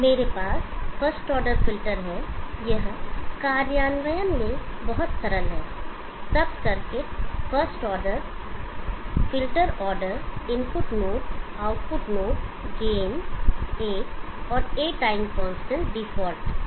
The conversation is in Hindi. मेरे पास फर्स्ट ऑर्डर फ़िल्टर है यह कार्यान्वयन में बहुत सरल है सब circuit first order filter order 1 input node output node gain एक और 'a' टाइम कांस्टेंट डिफ़ॉल्ट एक